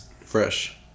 Fresh